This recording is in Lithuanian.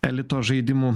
elito žaidimų